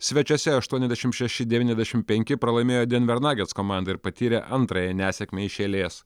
svečiuose aštuoniasdešim šeši devyniasdešim penki pralaimėjo denver nagits komandai ir patyrė antrąją nesėkmę iš eilės